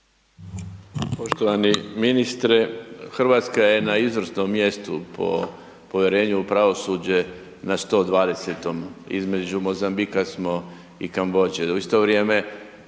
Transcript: Hrvatska je na izvrsnom mjestu po povjerenju u pravosuđe, na 120., između Mozambika smo i Kambodže